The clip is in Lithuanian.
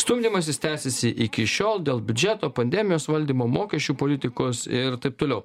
stumdymasis tęsiasi iki šiol dėl biudžeto pandemijos valdymo mokesčių politikos ir taip toliau